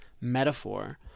metaphor